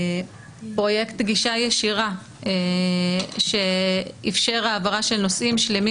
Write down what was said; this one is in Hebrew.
פרויקט "גישה ישירה" שאפשר העברה של נושאים שלמים